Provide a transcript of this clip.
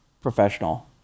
professional